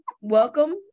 Welcome